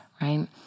right